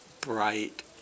bright